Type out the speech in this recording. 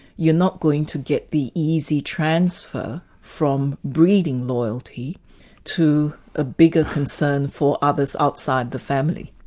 you're not going to get the easy transfer from breeding loyalty to a bigger concern for others outside the family.